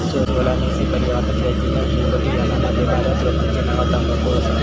Solanaceae परिवारातल्या genus Nicotiana मध्ये बऱ्याच रोपांची नावा तंबाखू असा